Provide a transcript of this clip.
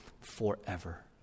forever